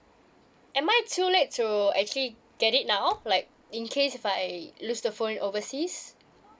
am I too late to actually get it now like in case if I lose the phone overseas